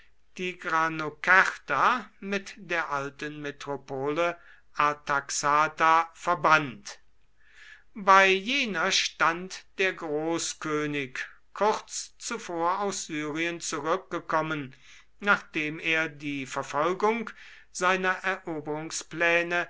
tigranokerta mit der alten metropole artaxata verband bei jener stand der großkönig kurz zuvor aus syrien zurückgekommen nachdem er die verfolgung seiner